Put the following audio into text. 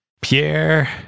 Pierre